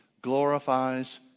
glorifies